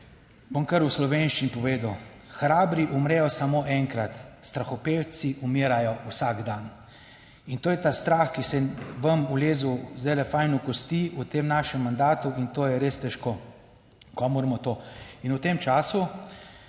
bom kar v slovenščini povedal: hrabri umrejo samo enkrat, strahopetci umirajo vsak dan. In to je ta strah, ki se je vam ulezel zdaj fajn v kosti v tem našem mandatu in to je res težko, ko moramo to, in v tem času